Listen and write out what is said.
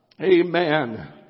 amen